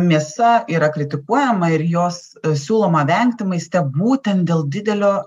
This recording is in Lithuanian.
mėsa yra kritikuojama ir jos siūloma vengti maiste būtent dėl didelio ir